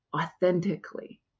authentically